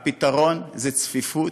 הפתרון זה צפיפות